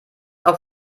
auf